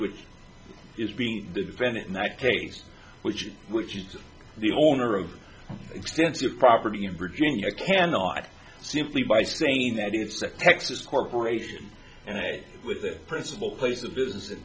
which is being the defendant in that case which which is the owner of extensive property in virginia cannot simply by saying that it's a texas corporation and it would the principal place of business in